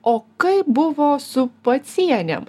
o kaip buvo su pacienėm